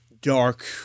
dark